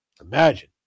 Imagine